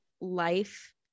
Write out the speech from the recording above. life